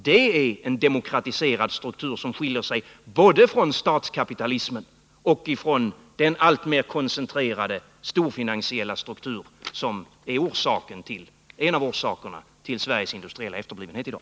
Detta är en demokratiserad struktur som skiljer sig både från statskapitalismen och från den alltmer koncentrerade storfinansiella struktur som är en av orsakerna till Sveriges industriella efterblivenhet i dag.